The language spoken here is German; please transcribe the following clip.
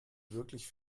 wirklich